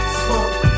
smoke